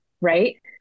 right